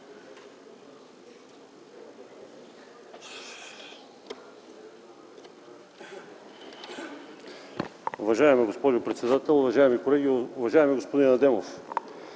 Уважаема госпожо председател, уважаеми колеги, уважаеми господин Адемов!